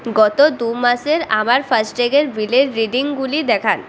গত দু মাসের আমার ফাস্ট্যাগের বিলের রিডিংগুলি দেখান